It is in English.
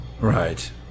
Right